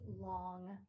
long